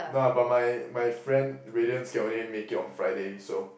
no lah but my my friend Raydians can only make it on Friday so